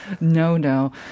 no-no